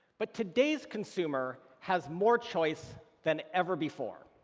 but today's consumer has more choice than ever before.